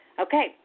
okay